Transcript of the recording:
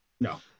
No